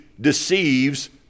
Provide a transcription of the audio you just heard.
deceives